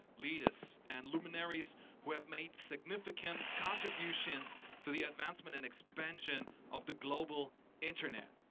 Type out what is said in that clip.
leaders, and luminaries who have made significant contributions to the advancement and expansion of the global internet.